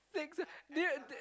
next uh do you